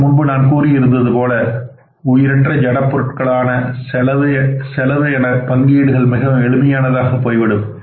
இதற்கு முன்பு நான் கூறியிருந்தது போல் உயிரற்ற ஜடப் பொருட்களுக்கான செலவு என பங்கீடுகள் மிகவும் எளிமையானதாக போய்விடும்